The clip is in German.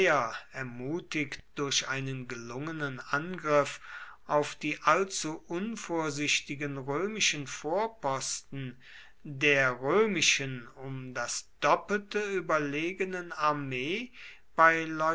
ermutigt durch einen gelungenen angriff auf die allzu unvorsichtigen römischen vorposten der römischen um das doppelte überlegenen armee bei